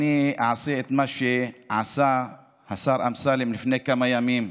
אעשה את מה שעשה השר אמסלם לפני כמה ימים.